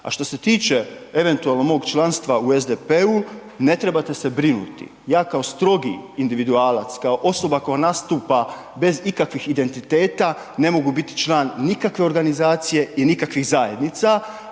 A što se tiče eventualno mog članstva u SDP-u, ne trebate se brinuti, ja kao strogi individualac, kao osoba koja nastupa bez ikakvih identiteta, ne mogu biti član nikakve organizacije i nikakvih zajednica